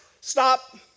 Stop